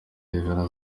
rev